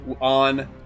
on